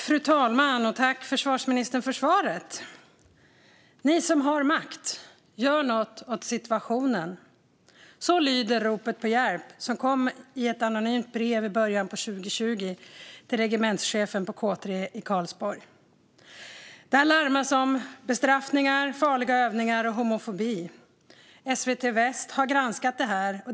Fru talman! Tack, försvarsministern, för svaret! Ni som har makt, gör något åt situationen. Så lyder ropet på hjälp som kom i ett anonymt brev till regementschefen på K 3 i Karlsborg i början av 2020. Där larmas om bestraffningar, farliga övningar och homofobi. SVT Väst har granskat det här.